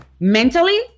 mentally